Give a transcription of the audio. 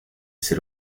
ser